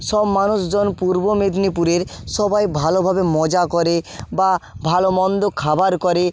সব মানুষজন পূর্ব মেদিনীপুরের সবাই ভালোভাবে মজা করে বা ভালোমন্দ খাবার করে